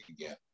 again